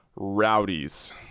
Rowdies